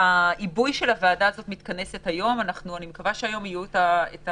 העיבוי של הוועדה הזאת מתכנס היום ואני מקווה שכבר היום יהיו הנחיות